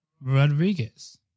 Rodriguez